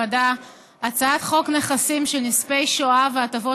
הצעת חוק נכסים של נספי השואה והטבות